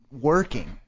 working